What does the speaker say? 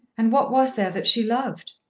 and what was there that she loved?